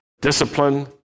discipline